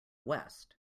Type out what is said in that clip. west